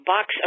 Box